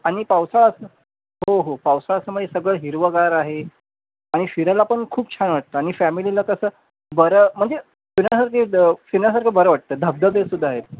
आणि पावसाळा असं हो हो पावसाळा असं म्हणजे सगळं हिरवंगार आहे आणि फिरायला पण खूप छान वाटतं आणि फॅमिलीला कसं बरं म्हणजे फिरण्यासारखे द फिरण्यासारखं बरं वाटतं धबधबेसुद्धा आहेत